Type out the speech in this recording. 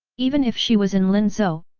even if she was in linzhou,